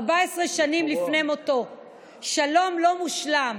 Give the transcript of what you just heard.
14 שנים לפני מותו: "שלום לא-מושלם